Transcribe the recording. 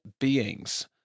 beings